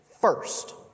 first